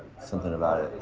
something about it,